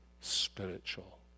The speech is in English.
spiritual